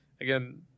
Again